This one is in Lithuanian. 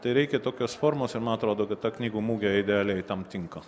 tai reikia tokios formos ir man atrodo kad ta knygų mugė idealiai tam tinka